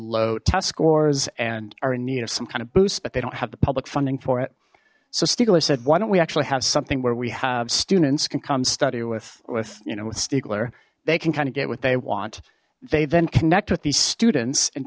low test scores and are in need of some kind of boost but they don't have the public funding for it so stiegler said why don't we actually have something where we have students can come study with with you know with stiegler they can kind of get what they want they then connect with these students and